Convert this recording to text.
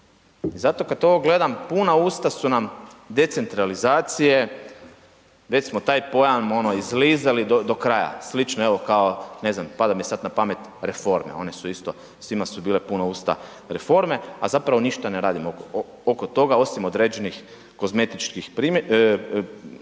I zato kad ovo gledam puna usta su nam decentralizacije, već smo taj pojam ono izlizali do kraja, slično evo kao ne znam pada mi sad na pamet reforme, oni su isto, svima su bila puna usta reforme, a zapravo ništa ne radimo oko toga osim određenih kozmetičkih primjena.